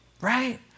Right